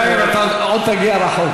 יאיר, אתה עוד תגיע רחוק.